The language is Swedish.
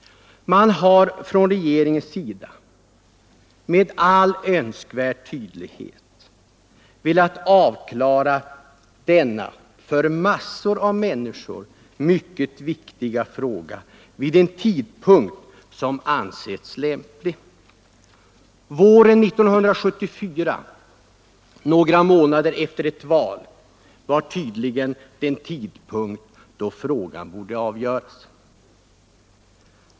Man har från regeringens sida med all önskvärd tydlighet velat avklara denna för massor av människor mycket viktiga fråga vid en tidpunkt som ansetts lämplig. Våren 1974, några månader efter ett val, var tydligen den tidpunkt då frågan borde avgöras.